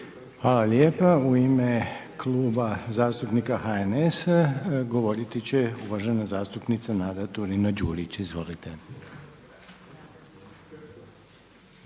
Hvala lijepa. U ime Kluba zastupnika HNS-a govoriti će uvažena zastupnica Nada Turina-Đurić. Izvolite.